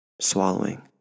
swallowing